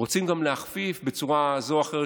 רוצים גם להכפיף בצורה זו או אחרת,